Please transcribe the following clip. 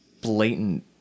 blatant